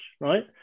right